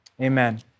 amen